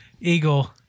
Eagle